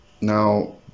Now